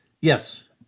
Yes